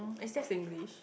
is that Singlish